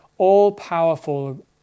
all-powerful